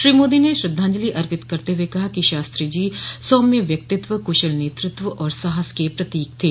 श्री मोदी ने श्रद्धांजलि अर्पित करते हुए कहा कि शास्त्री जी सौम्य व्यक्तित्व कुशल नेतृत्व और साहस के प्रतीक थे